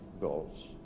goals